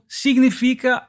significa